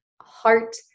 heart